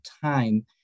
time